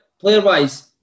player-wise